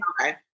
Okay